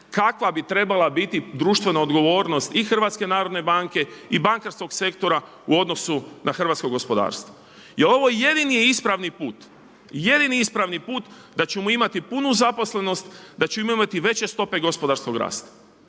kakva bi trebala biti društvena odgovornost i Hrvatske narodne banke i bankarskog sektora u odnosu na hrvatsko gospodarstvo. Jer ovo jedini je ispravni put, jedini ispravni put da ćemo imati punu zaposlenost, da ćemo imati veće stope gospodarskog rasta.